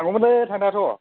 थांगौमोनलै थांनायाथ'